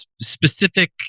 specific